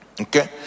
Okay